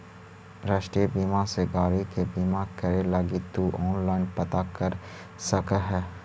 राष्ट्रीय बीमा से गाड़ी के बीमा करे लगी तु ऑनलाइन पता कर सकऽ ह